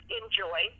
enjoy